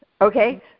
Okay